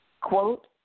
Quote